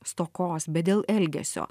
stokos bet dėl elgesio